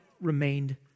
remained